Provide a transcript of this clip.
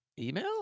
Email